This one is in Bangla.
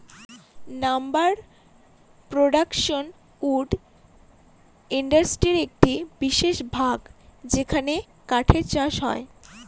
লাম্বার প্রডাকশন উড ইন্ডাস্ট্রির একটি বিশেষ ভাগ যেখানে কাঠের চাষ হয়